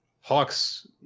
Hawks